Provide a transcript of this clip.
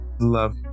love